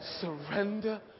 Surrender